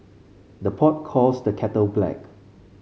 the pot calls the kettle black